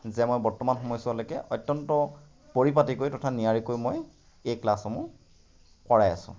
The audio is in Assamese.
যে মই বৰ্তমান সময়চোৱালৈকে অত্যন্ত পৰিপাটিকৈ তথা নিয়াৰিকৈ মই এই ক্লাছসমূহ কৰাই আছো